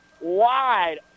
wide